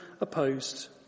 opposed